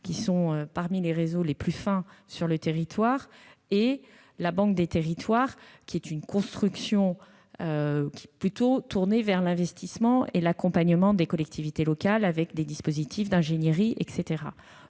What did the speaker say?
qui sont parmi les réseaux les plus fins du territoire, et la Banque des territoires, construction plutôt tournée vers l'investissement et l'accompagnement des collectivités locales, avec des dispositifs d'ingénierie.